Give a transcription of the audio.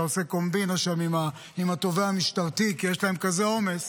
אתה עושה קומבינה שם עם התובע המשטרתי כי יש להם כזה עומס.